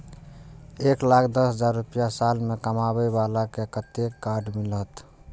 एक लाख दस हजार रुपया साल में कमाबै बाला के कतेक के कार्ड मिलत?